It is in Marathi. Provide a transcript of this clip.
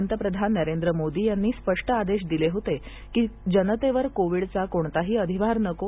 पंतप्रधान नरेंद्र मोदी यांनी स्पष्ट आदेश दिले होते की जनतेवर कोविडचा कोणताही अधिभार नको